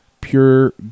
pure